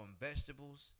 vegetables